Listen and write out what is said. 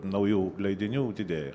naujų leidinių didėja